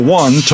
one